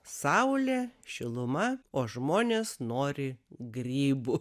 saulė šiluma o žmonės nori grybų